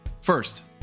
First